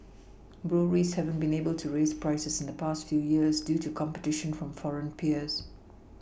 breweries hadn't been able to raise prices in the past few years due to competition from foreign peers